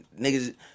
niggas